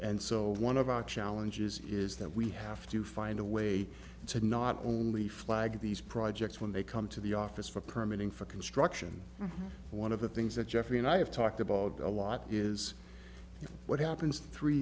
and so one of our challenges is that we have to find a way to not only flag these projects when they come to the office for permanent for construction one of the things that jeffrey and i have talked about a lot is what happens three